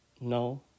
no